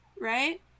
right